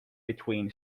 between